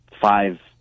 five